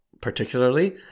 particularly